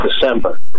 December